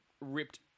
ripped